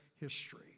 history